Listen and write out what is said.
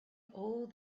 all